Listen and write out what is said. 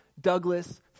Douglas